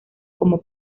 como